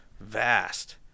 Vast